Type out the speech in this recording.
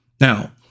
Now